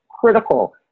critical